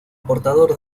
portador